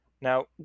Now